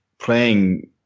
playing